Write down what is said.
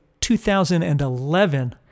2011